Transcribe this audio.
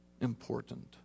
important